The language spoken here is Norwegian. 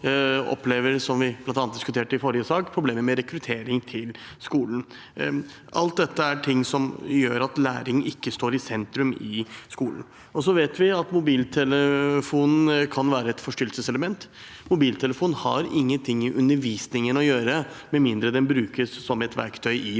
sak – problemer med rekruttering til skolen. Alt dette er ting som gjør at læring ikke står i sentrum i skolen. Vi vet også at mobiltelefonen kan være et forstyrrende element. Mobiltelefonen har ingenting i undervisningen å gjøre med mindre den brukes som et verktøy i